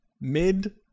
Mid